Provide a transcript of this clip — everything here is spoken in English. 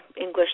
English